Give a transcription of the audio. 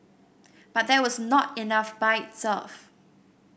but that was not enough by itself